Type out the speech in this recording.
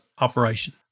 operation